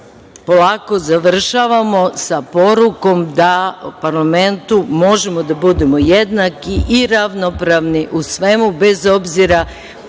polako završavamo sa porukom da u parlamentu možemo da budemo jednaki i ravnopravni u svemu, bez obzira